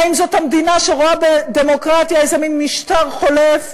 האם זאת המדינה שרואה בדמוקרטיה איזה מין משטר חולף?